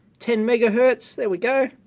ten megahertz. there we go.